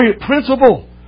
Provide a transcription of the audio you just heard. principle